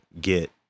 get